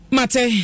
Mate